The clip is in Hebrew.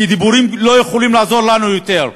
כי דיבורים לא יכולים לעזור לנו יותר.